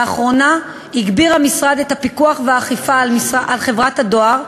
לאחרונה הגביר המשרד את הפיקוח והאכיפה על חברת הדואר,